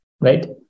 right